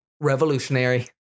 revolutionary